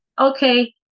Okay